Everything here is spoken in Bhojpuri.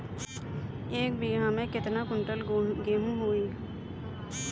एक बीगहा में केतना कुंटल गेहूं होई?